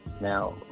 Now